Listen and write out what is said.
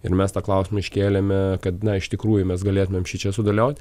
ir mes tą klausimą iškėlėme kad na iš tikrųjų mes galėtumėm šičia sudalyvaut